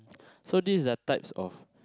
so this are types of